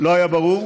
לא היה ברור,